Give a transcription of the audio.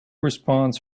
response